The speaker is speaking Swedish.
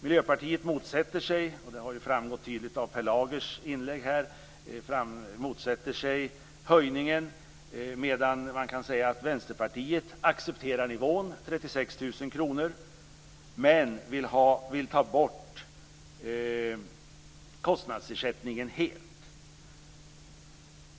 Miljöpartiet motsätter sig höjningen, som tydligt har framgått av Per Lagers inlägg, medan Vänsterpartiet kan sägas acceptera nivån 36 000 kr men vill ta bort kostnadsersättningen helt.